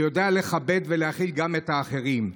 שיודע לכבד ולהכיל גם את האחרים.